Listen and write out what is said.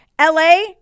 LA